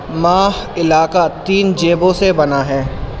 ماہ علاقہ تین جیبوں سے بنا ہے